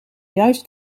juist